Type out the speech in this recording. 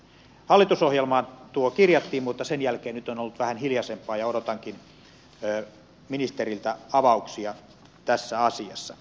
hallitusohjelmaan tuo kirjattiin mutta sen jälkeen nyt on ollut vähän hiljaisempaa ja odotankin ministeriltä avauksia tässä asiassa